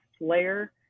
layer